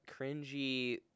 cringy